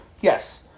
Yes